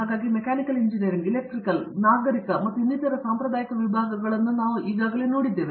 ಹಾಗಾಗಿ mechanical engineering electrical ನಾಗರಿಕ ಮತ್ತು ಇನ್ನಿತರ ಸಾಂಪ್ರದಾಯಿಕ ವಿಭಾಗಗಳು ನಾವು ನೋಡಿದ್ದೇವೆ